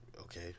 Okay